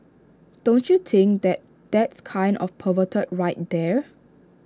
don't you think that that's kind of perverted right there